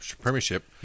premiership